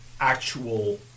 actual